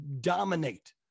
dominate